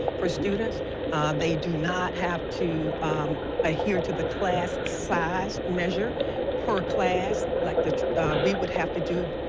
for students they do not have to adhere to the class size measure per class. like the we would have to do.